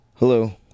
Hello